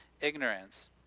ignorance